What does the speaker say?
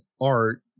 art